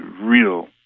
real